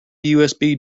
usb